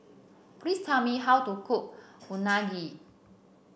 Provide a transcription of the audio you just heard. please tell me how to cook Unagi